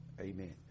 Amen